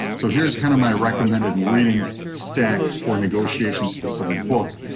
so here's kind of my recommended reading stack for negotiation specific books.